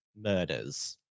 murders